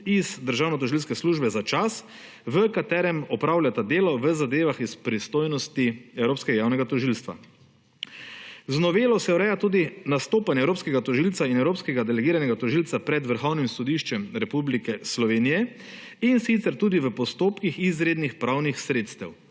iz državnotožilske službe za čas, v katerem opravljata delo v zadevah iz pristojnosti Evropskega javnega tožilstva. Z novelo se ureja tudi nastopanje evropskega tožilca in evropskega delegiranega tožilca pred Vrhovnim sodiščem Republike Slovenije, in sicer tudi v postopkih izrednih pravnih sredstev.